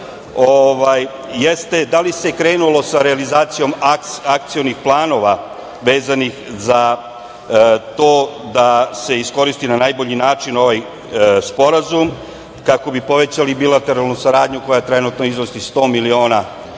da li se krenulo sa realizacijom akcionih planova vezanih za to da se iskoristi na najbolji način ovaj sporazum kako bi povećali bilateralnu saradnju koja trenutno iznosi 100 miliona dolara,